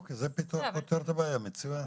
זה פותר את הבעיה, מצוין.